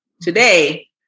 today